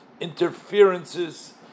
interferences